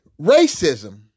racism